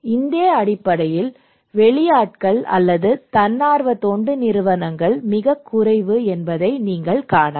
இங்கே அடிப்படையில் வெளியாட்கள் அல்லது தன்னார்வ தொண்டு நிறுவனங்கள் மிகக் குறைவு என்பதை நீங்கள் காணலாம்